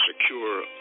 secure